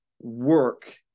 work